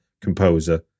composer